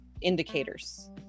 indicators